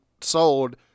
sold